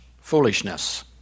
foolishness